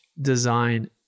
design